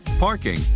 parking